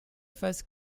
first